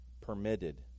permitted